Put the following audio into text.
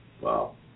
Wow